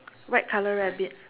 white color rabbit